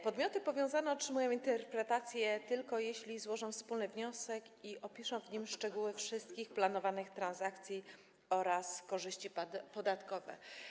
Podmioty powiązane otrzymają interpretację tylko wtedy, gdy złożą wspólny wniosek i opiszą w nim szczegóły wszystkich planowanych transakcji oraz korzyści podatkowe.